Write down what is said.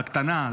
בקטנה,